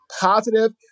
positive